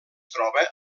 troba